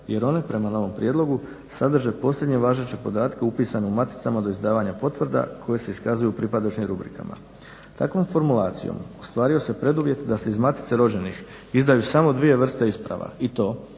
jer oni prema novom prijedlogu sadrže posljednje važeće podatke upisane u maticama do izdavanja potvrda koje se iskazuju pripadajućim rubrikama. Takvom formulacijom ostvario se preduvjet da se iz matice rođenih izdaju samo dvije vrste isprava i to